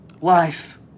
life